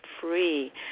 free